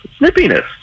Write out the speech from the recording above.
snippiness